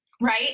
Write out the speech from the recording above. Right